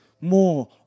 more